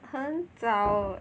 很早